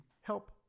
help